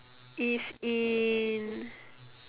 is in